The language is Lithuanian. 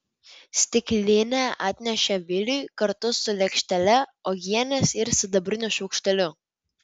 stiklinę atnešė viliui kartu su lėkštele uogienės ir sidabriniu šaukšteliu